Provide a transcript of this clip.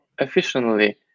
efficiently